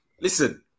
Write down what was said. Listen